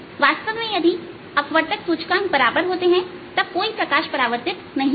वास्तव में यदि अपवर्तक सूचकांक बराबर होते हैं तब कोई प्रकाश परावर्तित नहीं होगा